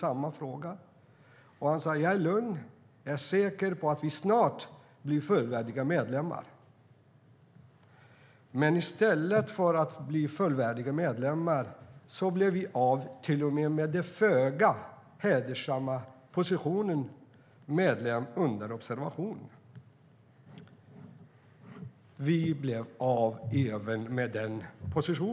Han sade då att han var lugn och säker på att vi snart skulle bli fullvärdiga medlemmar. Men i stället för att bli fullvärdiga medlemmar blev vi till och med av med den föga hedersamma positionen medlem under observation.